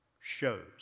shows